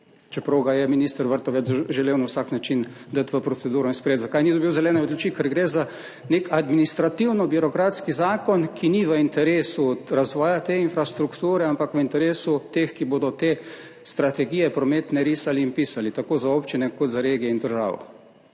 čeprav ga je minister Vrtovec želel na vsak način dati v proceduro in sprejeti. Zakaj ni dobil zelene luči? Ker gre za nek administrativno-birokratski zakon, ki ni v interesu razvoja te infrastrukture, ampak v interesu teh, ki bodo te prometne strategije risali in pisali tako za občine kot za regije in državo.